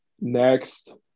next